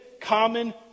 common